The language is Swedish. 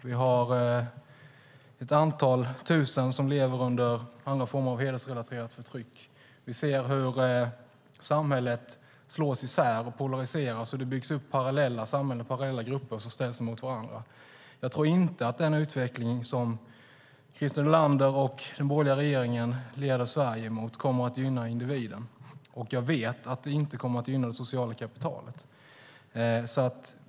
Vi har ett antal tusen som lever under andra former av hedersrelaterat förtryck. Vi ser hur samhället slås isär och polariseras, och det byggs upp parallella samhällen och grupper som ställs mot varandra. Jag tror inte att den utveckling som Christer Nylander och den borgerliga regeringen leder Sverige mot kommer att gynna individen, och jag vet att den inte kommer att gynna det sociala kapitalet.